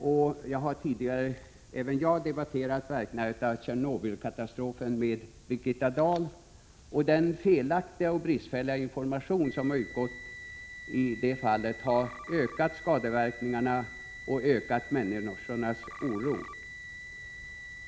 Även jag har tidigare debatterat verkningar av Tjernobylkatastrofen med Birgitta Dahl. Den felaktiga och bristfälliga information som utgått i det sammanhanget har ökat skadeverkningarna och människornas oro.